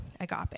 agape